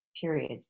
period